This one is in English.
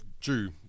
drew